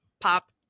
pop